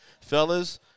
Fellas